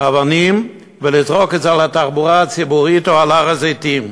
אבנים ולזרוק אותן על התחבורה הציבורית או על הר-הזיתים.